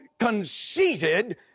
conceited